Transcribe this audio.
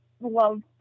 love